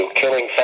killing